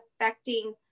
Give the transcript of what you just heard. affecting